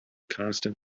constant